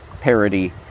parody